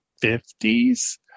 fifties